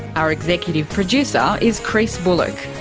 our executive producer is chris bullock,